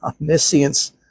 omniscience